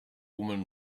woman